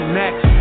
next